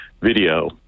video